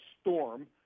storm